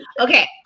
Okay